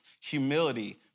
humility